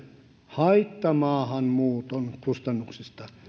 haittamaahanmuuton kustannuksista